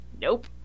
nope